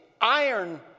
iron